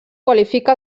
qualifica